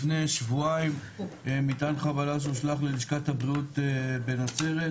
לפני שבועיים מטען חבלה שהושלך ללשכת הבריאות בנצרת,